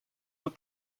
eaux